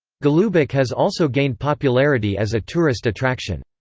golubac has also gained popularity as a tourist attraction.